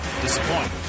disappoint